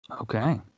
Okay